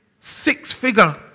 six-figure